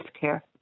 care